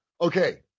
Okay